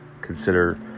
consider